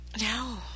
No